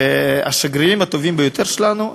והם השגרירים הטובים ביותר שלנו,